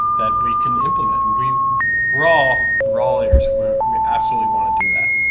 that we can implement and we raw raw leaders. we're absolutely want to do that.